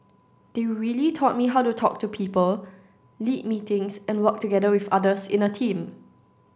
they really taught me how to talk to people lead meetings and work together with others in a team